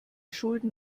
schulden